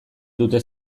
dute